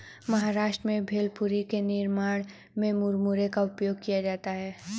महाराष्ट्र में भेलपुरी के निर्माण में मुरमुरे का उपयोग किया जाता है